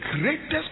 greatest